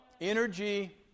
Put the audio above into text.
energy